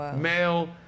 male